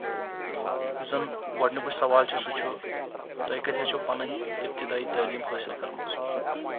یُس زن گۄڈنیُک سوال چھِ سُہ چھُ تۄہہِ کتہِ ہیٚچھو پنٕنۍ اِبتِدایہِ تعلیٖم حٲصِل کرمژ